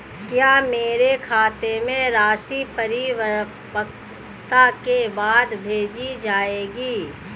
क्या मेरे खाते में राशि परिपक्वता के बाद भेजी जाएगी?